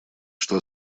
что